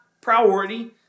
priority